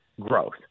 growth